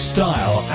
Style